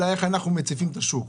אלא איך אנחנו מציפים את השוק.